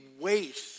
waste